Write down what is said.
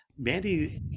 Mandy